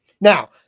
Now